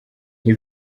nti